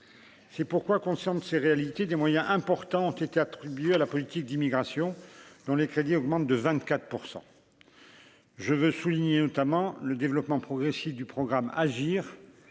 c'est pourquoi, conscients de ces réalités, des moyens importants ont été attribués à la politique d'immigration dont les crédits augmentent de 24 %, je veux souligner notamment le développement progressif du programme, agir